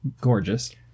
gorgeous